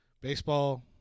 baseball